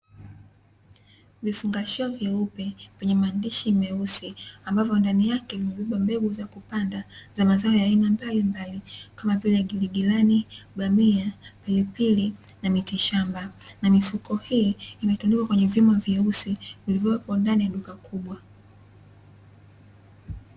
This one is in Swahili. Vifungashio vyeupe vyenye maandishi meupe ambayo ndani yake vimebeba mbegu kupanda za mazao ya aina mbalimbali kama vile giligilani , bamia , pilipili na miti shamba na mifuko hii imetundikwa kwenye vyuma vyeusi vilivyoko ndani ya duka kubwa.